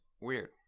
weird